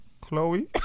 Chloe